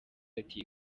ati